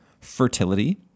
fertility